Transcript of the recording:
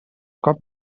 cop